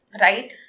Right